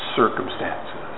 circumstances